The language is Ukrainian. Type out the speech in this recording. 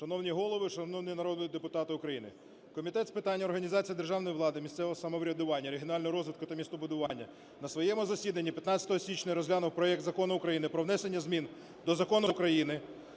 Шановні голови, шановні народні депутати України! Комітет з питань організації державної влади, місцевого самоврядування, регіонального розвитку та містобудування на своєму засіданні 15 січня розглянув проект Закону України про внесення змін до Закону України